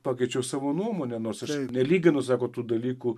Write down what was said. pakeičiau savo nuomonę nors aš nelyginu sako tų dalykų